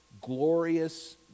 glorious